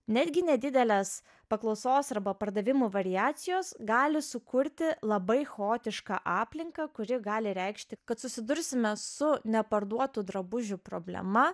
netgi nedidelės paklausos arba pardavimų variacijos gali sukurti labai chaotišką aplinką kuri gali reikšti kad susidursime su neparduotų drabužių problema